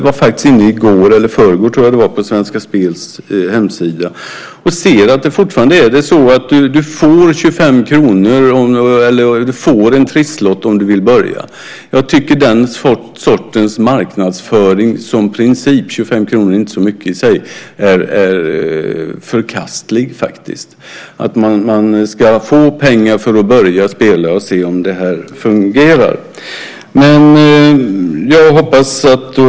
Jag var inne i går - eller förrgår tror jag att det var - på Svenska Spels hemsida. Där ser jag att det fortfarande är så att du får 25 kr eller att du får en trisslott om du vill börja. Jag tycker att den sortens marknadsföring som princip, även om 25 kr inte är så mycket i sig, faktiskt är förkastlig. Man ska få pengar för att börja spela och se om det här fungerar.